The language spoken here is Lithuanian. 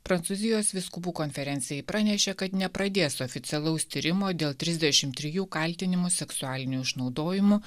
prancūzijos vyskupų konferencijai pranešė kad nepradės oficialaus tyrimo dėl trisdešimt trijų kaltinimų seksualiniu išnaudojimu